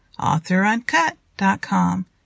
AuthorUncut.com